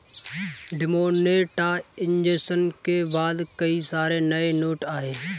demonetisation के बाद कई सारे नए नोट आये